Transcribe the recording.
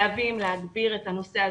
חייבים להגביר את הנושא הזה,